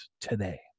today